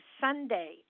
Sunday